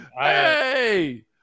Hey